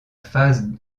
phase